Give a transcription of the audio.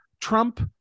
trump